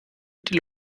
die